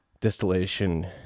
distillation